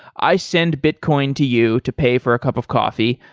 i send bitcoin to you to pay for a cup of coffee.